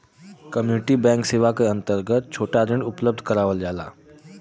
community bank सेवा क अंतर्गत छोटा ऋण उपलब्ध करावल जाला